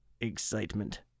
excitement